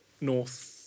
north